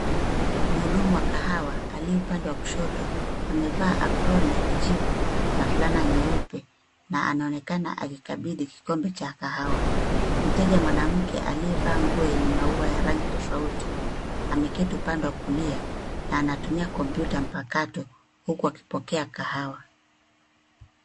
Mhudumu wa kahawa aliye upande wa kushoto amevaa aproni ya kijivu na fulana nyeupe na anaonekana akikabidhi kikombe cha kahawa. Mteja mwanamke aliyevaa nguo yenye maua ya rangi tofauti, ameketi upande wa kulia na anatumia kompyuta mpakato, huku akipokea kahawa.